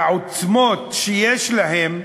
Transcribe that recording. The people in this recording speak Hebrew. והעוצמות שיש להם,